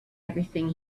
everything